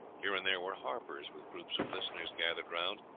here and there were harpers with groups of listeners gathered round,